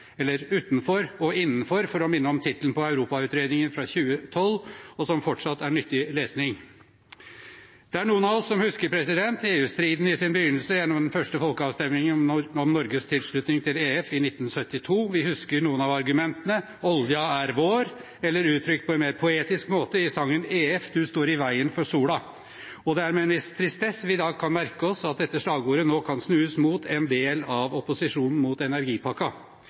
eller utenfor og innenfor, for å minne om tittelen på Europa-utredningen fra 2012, og som fortsatt er nyttig lesning. Det er noen av oss som husker EU-striden i sin begynnelse gjennom den første folkeavstemningen om Norges tilslutning til EF i 1972. Vi husker noen av argumentene – olja er vår, eller utrykt på en mer poetisk måte i sangen «Fløtt deg EEC, du står i veien for sola». Det er med en viss tristesse vi i dag kan merke oss at dette slagordet nå kan snues mot en del av opposisjonen mot